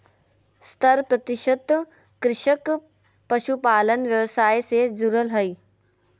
सत्तर प्रतिशत कृषक पशुपालन व्यवसाय से जुरल हइ